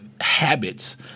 Habits